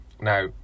Now